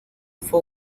fue